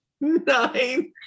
Nine